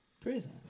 prison